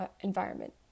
environment